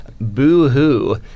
Boo-hoo